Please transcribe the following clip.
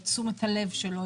את תשומת הלב שלו,